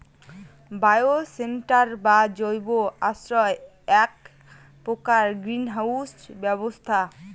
bioshelter বা জৈব আশ্রয় এ্যাক প্রকার গ্রীন হাউস ব্যবস্থা